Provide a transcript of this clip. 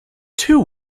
two